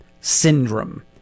Syndrome